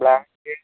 black